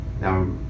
Now